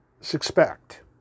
suspect